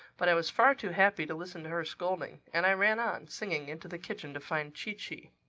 but i was far too happy to listen to her scolding and i ran on, singing, into the kitchen to find chee-chee.